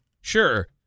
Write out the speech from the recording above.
Sure